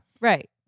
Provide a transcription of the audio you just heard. Right